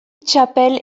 txapel